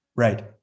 Right